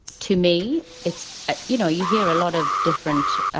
to me, it's ah you know, you hear a lot of different,